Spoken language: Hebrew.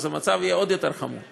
אז המצב יהיה עוד יותר חמור,